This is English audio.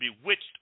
bewitched